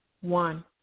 one